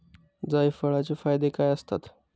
जायफळाचे फायदे काय असतात?